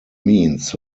means